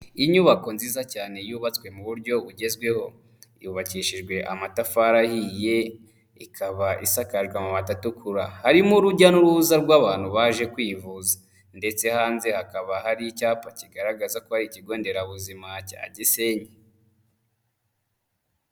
Inyubako nziza cyane yubatswe mu buryo bugezweho. Yubakishijwe amatafari ahiye, ikaba isakajwe amabati atukura. Harimo urujya n'uruza rw'abantu baje kwivuza. Ndetse hanze hakaba hari icyapa kigaragaza ko ari Ikigo Nderabuzima cya Gisenyi.